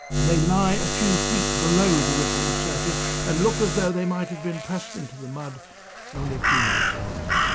and they lie a few feet below the rippling surface and look as though they might have been pressed into the mud only a few minutes earlier.